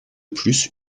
plus